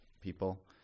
people